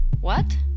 What